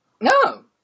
No